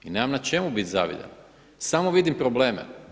I nemam na čemu biti zavidan, samo vidim probleme.